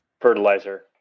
Fertilizer